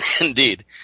Indeed